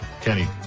Kenny